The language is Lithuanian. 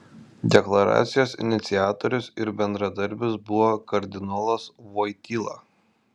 deklaracijos iniciatorius ir bendradarbis buvo kardinolas voityla